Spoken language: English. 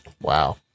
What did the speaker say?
Wow